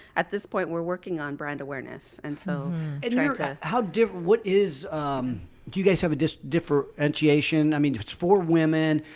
at this point, we're working on brand awareness. and so you know but how did what is do you guys have a dis differentiation? i mean, it's for women.